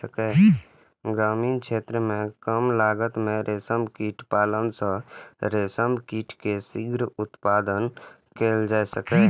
ग्रामीण क्षेत्र मे कम लागत मे रेशम कीट पालन सं रेशम कीट के शीघ्र उत्पादन कैल जा सकैए